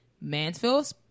Mansfield